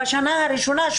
בשנה הראשונה,